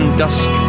dusk